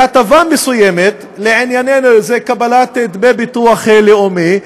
להטבה מסוימת, לענייננו, קבלת דמי ביטוח לאומי,